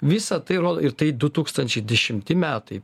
visą tai rodo ir tai du tūkstančiai dešimti metai